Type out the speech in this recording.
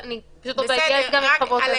אני פשוט רוצה להתייעץ עם חברותינו.